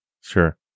Sure